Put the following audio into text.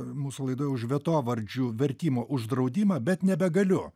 mūsų laidoj už vietovardžių vertimo uždraudimą bet nebegaliu